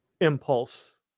impulse